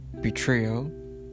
Betrayal